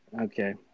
Okay